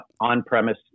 on-premise